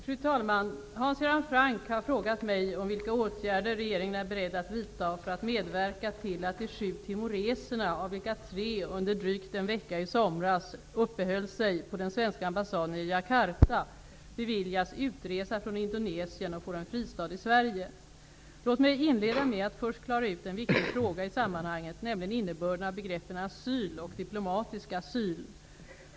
Fru talman! Hans Göran Franck har frågat mig vilka åtgärder regeringen är beredd att vidta för att medverka till att de sju timoreserna, av vilka tre under drygt en vecka i somras uppehöll sig på den svenska ambassaden i Jakarta, beviljas utresa från Indonesien och får en fristad i Sverige. Låt mig inleda med att först klara ut en viktig fråga i sammanhanget, nämligen innebörden av begreppen asyl och diplomatisk asyl.